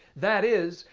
that is,